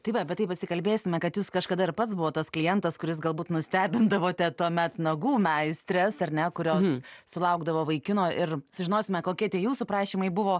tai va apie tai pasikalbėsime kad jūs kažkada ir pats buvot tas klientas kuris galbūt nustebindavote tuomet nagų meistres ar ne kurios sulaukdavo vaikino ir sužinosime kokie tie jūsų prašymai buvo